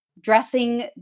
dressing